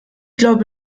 glaube